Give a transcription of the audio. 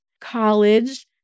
college